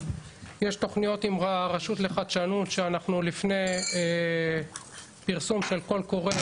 יש תוכניות עם הרשות לחדשנות שאנחנו לפני פרסום של קול קורא,